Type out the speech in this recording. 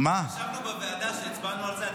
ישבנו בוועדה כשהצבענו על זה.